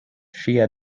ŝia